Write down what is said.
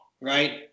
right